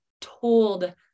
told